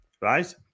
right